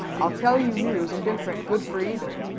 i'll tell you news indifferent good for either.